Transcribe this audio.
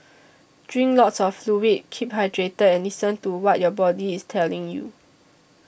drink lots of fluid keep hydrated and listen to what your body is telling you